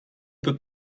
peut